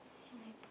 as in like